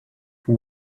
who